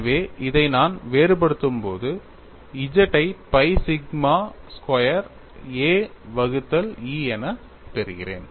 எனவே இதை நான் வேறுபடுத்தும்போது G ஐ pi சிக்மா ஸ்கொயர் a வகுத்தல் E என பெறுகிறேன்